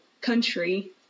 country